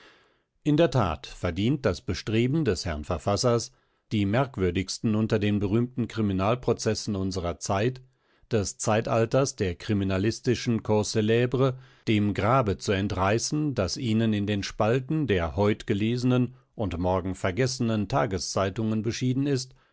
in der tat verdient das bestreben des herrn verfassers die merkwürdigsten unter den berühmten kriminalprozessen unserer zeit des zeitalters der kriminalistischen causes clbres dem grabe zu entreißen das ihnen in den spalten der heut gelesenen und morgen vergessenen tageszeitungen beschieden ist